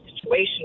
situation